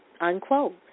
unquote